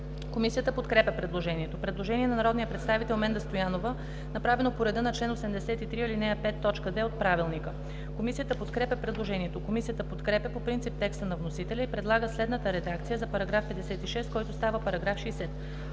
Комисията подкрепя предложението. Предложение на народния представител Менда Стоянова, направено по реда на чл. 83, ал. 5, т. 2 от Правилника. Комисията подкрепя предложението. Комисията подкрепя по принцип текста на вносителя и предлага следната редакция за § 56, който става § 60: „§ 60.